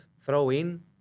throw-in